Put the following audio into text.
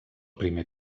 primer